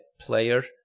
player